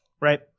right